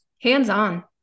hands-on